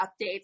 updates